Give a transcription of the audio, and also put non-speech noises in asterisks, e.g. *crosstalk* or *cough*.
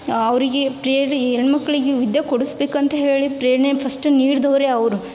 ಅವರಿಗೆ *unintelligible* ಹೆಣ್ ಮಕ್ಕಳಿಗೆ ವಿದ್ಯೆ ಕೊಡಸ್ಬೇಕು ಅಂತ ಹೇಳಿ ಪ್ರೇರಣೆ ಫಸ್ಟ್ ನೀಡ್ದವ್ರೇ ಅವರು